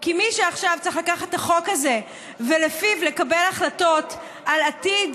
כי מי שעכשיו צריך לקחת את החוק הזה ולפיו לקבל החלטות על עתיד